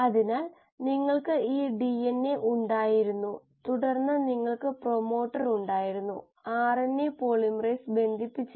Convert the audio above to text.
അതാണ് മൊഡ്യൂൾ രണ്ടിൽ നമ്മൾ പ്രധാനമായും കണ്ടത് കൂടാതെ കുറച്ച് പ്രശ്നങ്ങളും പരിഹരിച്ചു